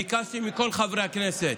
ביקשתי מכל חברי הכנסת: